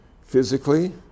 physically